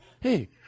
Hey